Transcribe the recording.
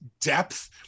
depth